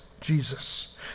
Jesus